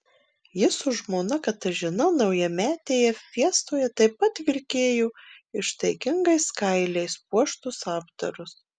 jis su žmona katažina naujametėje fiestoje taip pat vilkėjo ištaigingais kailiais puoštus apdarus